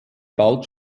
bald